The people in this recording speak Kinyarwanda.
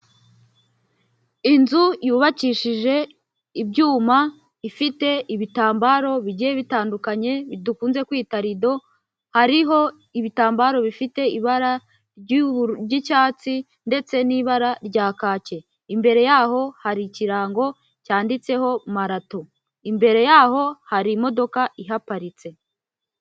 Inzu yubakishije ibyuma ifite ibitambaro bigiye bitandukanye, ibi dukunze kwita rido, hariho ibitambaro bifite ibara ry'uburu ry'icyatsi ndetse n'ibara rya kake. Imbere yaho hari ikirango cyanditseho marato. Imbere yaho hari imodoka ihaparitse.